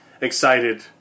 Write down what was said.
excited